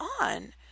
on